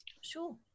Sure